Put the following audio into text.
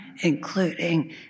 including